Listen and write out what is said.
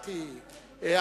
יקירי,